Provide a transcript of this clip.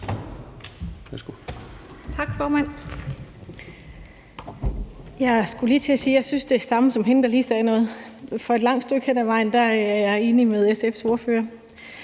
jeg synes det samme som hende, der lige sagde noget, for et langt stykke hen ad vejen er jeg enig med SF's ordfører.